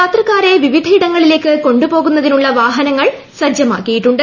യാത്രക്കാരെ വിവിധയിടങ്ങളിലേക്ക് കൊണ്ടു പോകുന്നതിനുള്ള വാഹനങ്ങൾ സജ്ജമാക്കിയിട്ടുണ്ട്